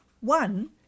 One